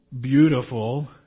beautiful